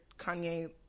Kanye